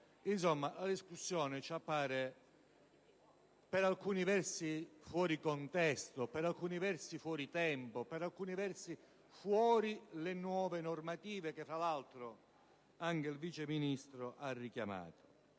La discussione ci è apparsa per alcuni versi fuori contesto, per altri fuori tempo, per altri ancora fuori dalle nuove normative che, fra l'altro, anche il Vice Ministro ha richiamato.